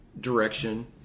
direction